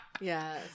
Yes